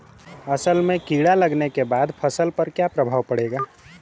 असल में कीड़ा लगने के बाद फसल पर क्या प्रभाव पड़ेगा?